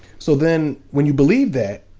so then when you believe that,